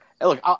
look